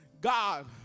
God